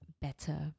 better